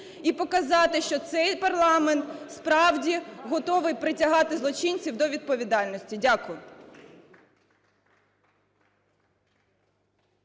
і показати, що цей парламент справді готовий притягати злочинів до відповідальності. Дякую.